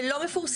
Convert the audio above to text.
זה לא מפורסם.